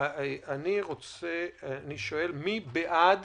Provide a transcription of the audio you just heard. אני שואל מי בעד